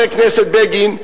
חבר הכנסת בגין,